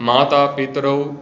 माता पितरौ